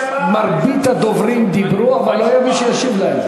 מרבית הדוברים דיברו אבל לא היה מי שישיב להם.